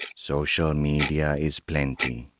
social media is plenty,